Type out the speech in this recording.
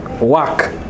work